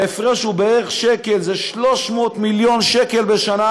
ההפרש הוא שקל, זה 300 מיליון שקל בשנה.